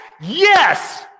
Yes